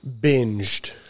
binged